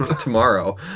tomorrow